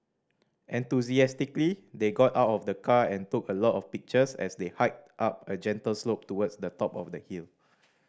enthusiastically they got out of the car and took a lot of pictures as they hiked up a gentle slope towards the top of the hill